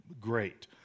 great